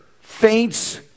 faints